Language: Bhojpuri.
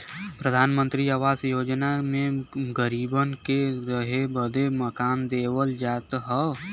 प्रधानमंत्री आवास योजना मे गरीबन के रहे बदे मकान देवल जात हौ